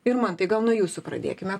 irmantai gal nuo jūsų pradėkime